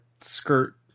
skirt